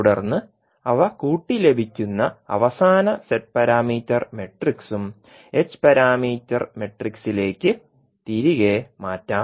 തുടർന്ന് അവ കൂട്ടി ലഭിക്കുന്ന അവസാന z പാരാമീറ്റർ മാട്രിക്സും h പാരാമീറ്റർ മാട്രിക്സിലേക്ക് തിരികെ മാറ്റാം